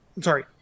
sorry